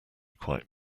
quite